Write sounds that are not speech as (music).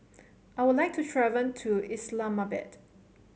I would like to (unintelligible) to Islamabad